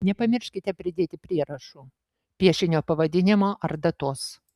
nepamirškite pridėti prierašų piešinio pavadinimo ar datos